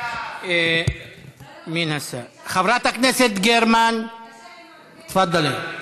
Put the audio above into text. חברת הכנסת גרמן, תפדלי.